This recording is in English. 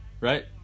right